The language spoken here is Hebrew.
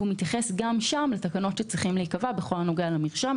הוא מתייחס גם שם לתקנות שצריכות להיקבע בכל הנוגע למרשם.